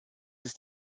ist